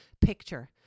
picture